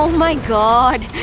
um my, god!